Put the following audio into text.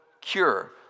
cure